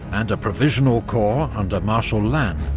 and a provisional corps under marshal lannes,